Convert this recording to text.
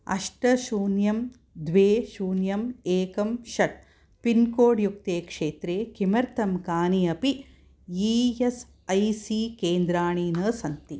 अष्ट शून्यम् द्वे शून्यम् एकम् षट् पिन्कोड् युक्ते क्षेत्रे किमर्थं कानि अपि ई एस् ऐ सी केन्द्राणि न सन्ति